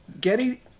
Getty